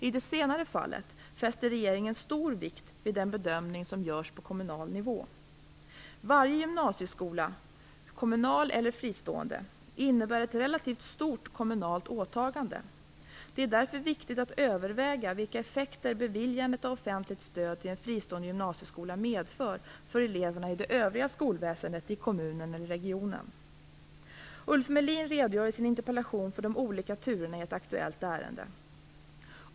I det senare fallet fäster regeringen stor vikt vid den bedömning som görs på kommunal nivå. Varje gymnasieskola, kommunal eller fristående, innebär ett relativt stort kommunalt åtagande. Det är därför viktigt att överväga vilka effekter beviljandet av offentligt stöd till en fristående gymnasieskola medför för eleverna i det övriga skolväsendet i kommunen eller regionen. Ulf Melin redogör i sin interpellation för de olika turerna i ett aktuellt ärende.